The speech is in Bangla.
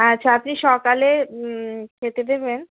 আচ্ছা আপনি সকালে খেতে দেবেন